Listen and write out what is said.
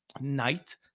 night